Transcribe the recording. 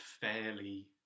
fairly